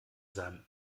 seinem